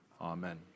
Amen